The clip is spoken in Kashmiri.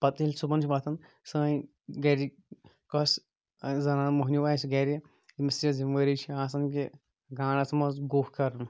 پَتہٕ ییٚلہِ صُبحن چھٕ وَۄتھان سٲنۍ گرِ کۄس زَنانہٕ موہنیو آسہِ گرِ ییٚمِس یہِ ذمہٕ وٲری چھِ آسان زِ گانَس منٛز گُہہ کرُن